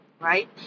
right